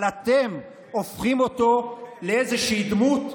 אבל אתם הופכים אותו לאיזושהי דמות,